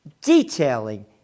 detailing